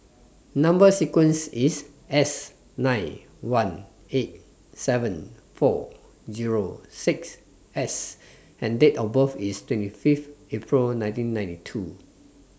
Number sequence IS S nine one eight seven four Zero six S and Date of birth IS twenty Fifth April nineteen ninety two